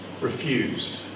refused